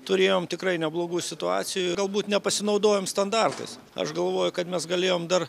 turėjom tikrai neblogų situacijų galbūt nepasinaudojom standartais aš galvoju kad mes galėjom dar